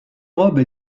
robes